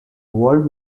world